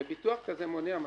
וביטוח כזה מונע משבר.